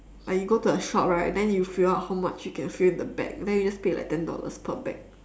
like you go to a shop right then you fill up how much you can fill in the bag then you just pay like ten dollars per bag